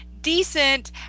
decent